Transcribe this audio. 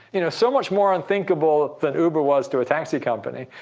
you know? so much more unthinkable than uber was to a taxi company,